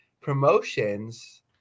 promotions